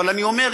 אבל אני אומר,